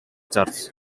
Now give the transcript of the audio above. church